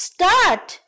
：“Start，